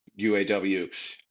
UAW